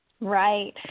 right